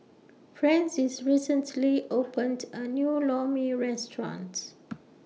Francis recently opened A New Lor Mee restaurants